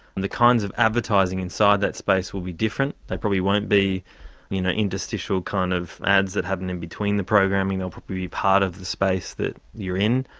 and the kinds of advertising inside that space will be different, they probably won't be you know interstitial kind of ads that happen in-between the programming, they will probably be part of the space that you are in.